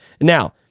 Now